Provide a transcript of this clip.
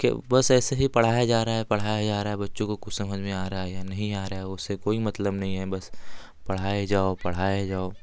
के बस ऐसे ही पढ़ाया जा रहा है पढ़ाया रहा है बच्चों को कुछ समझ में आ रहा है या नहीं आ रहा है उससे कोई मतलब नहीं है बस पढ़ाए जाओ पढ़ाए जाओ